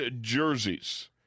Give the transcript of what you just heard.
jerseys